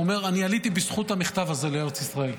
הוא אומר לי: אני עליתי בזכות המכתב הזה לארץ ישראל.